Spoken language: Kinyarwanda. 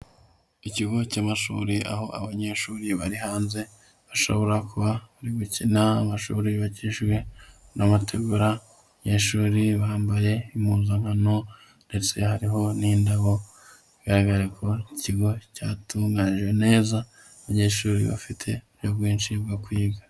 Ikigo cy'amashuri aho abanyeshuri bari hanze, bashobora kuba bari gukina, amashuri yubakishijwe n'amategura, abanyeshuri bambaye impunzankano ndetse hariho n'indabo bigaraga ko ikigo cyatunganijwe neza, abanyeshuri bafite uburyo bwinshi bwo kwiga.